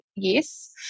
yes